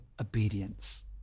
obedience